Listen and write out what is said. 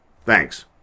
Thanks